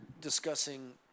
discussing